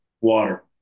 water